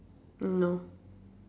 no